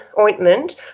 ointment